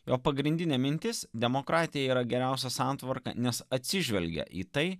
jo pagrindinė mintis demokratija yra geriausia santvarka nes atsižvelgia į tai